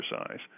exercise